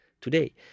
today